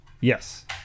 Yes